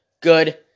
good